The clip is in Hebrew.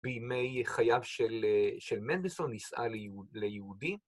בימי חייו של מנדלסון נישאה ליהודי